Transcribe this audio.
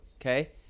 okay